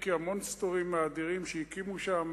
אם כי ה"מונסטרים" האדירים שהקימו שם